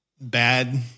bad